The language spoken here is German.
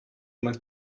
mein